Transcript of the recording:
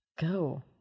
Go